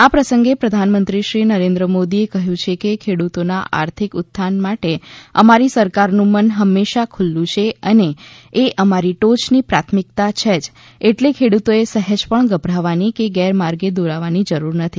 આ પ્રસંગે પ્રધાનમંત્રીશ્રી નરેન્દ્ર મોદીએ કહ્યું છે કે ખેડૂતોના આર્થિક ઉત્થાન માટે અમારી સરકારનું મન હંમેશા ખૂલ્લું છે અને એ અમારી ટોચની પ્રાથમિકતા છે જ એટલે ખેડૂતોએ સહેજ પણ ગભરાવાની કે ગેરમાર્ગે દોરાવવાની જરૂર નથી